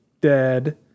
dead